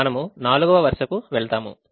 అప్పుడు మనము 4వ వరుసకు వెళ్తాము